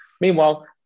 Meanwhile